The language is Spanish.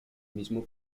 mismo